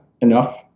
enough